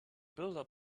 builder